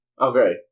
Okay